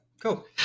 cool